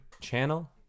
channel